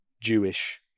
Jewish